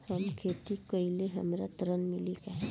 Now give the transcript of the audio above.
हम खेती करीले हमरा ऋण मिली का?